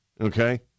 Okay